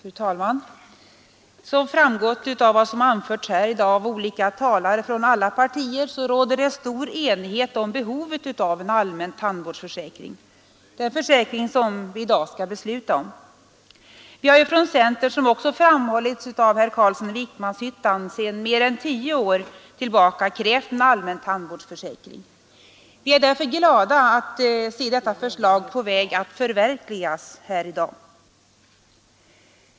Fru talman! Som framgått av vad som anförts här i dag av olika talare från alla partier råder det stor enighet om behovet av en allmän tandvårdsförsäkring, alltså den försäkring som vi nu skall besluta om. Som framhållits av vår representant i utskottet herr Carlsson i Vikmanshyttan har vi från centern sedan mer än tio år krävt en allmän tandvårdsförsäkring. Vi är därför glada över att se detta förslag förverkligas i dag.